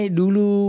dulu